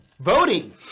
voting